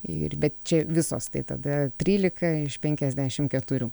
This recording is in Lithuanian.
ir bet čia visos tai tada trylika iš penkiasdešim keturių